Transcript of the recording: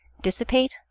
dissipate